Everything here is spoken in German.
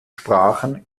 sprachen